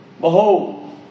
Behold